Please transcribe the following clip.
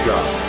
God